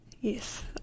Yes